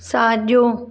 साजो॒